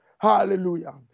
Hallelujah